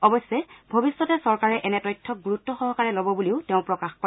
অৱশ্যে ভৱিষ্যতে চৰকাৰে এনে তথ্যক গুৰুত্ব সহকাৰে ল'ব বুলিও তেওঁ প্ৰকাশ কৰে